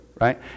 right